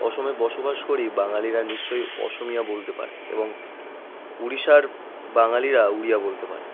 অসমে বসবাসকারী বাঙালিরা নিশ্চয়ই অসমীয়া বলতে পারে এবং উড়িষ্যার বাঙালিরা উড়িয়া বলতে পারে